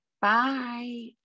Bye